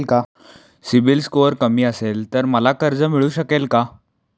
CIBIL score कमी असेल तर मला कर्ज मिळू शकेल का?